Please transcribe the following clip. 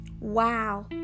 Wow